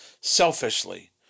selfishly